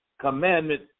commandment